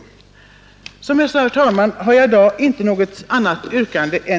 Som jag sade, herr talman, har jag i dag inte något annat yrkande än